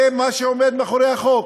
זה מה שעומד מאחורי החוק.